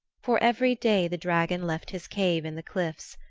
for every day the dragon left his cave in the cliffs,